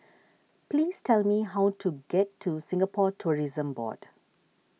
please tell me how to get to Singapore Tourism Board